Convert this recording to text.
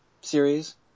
series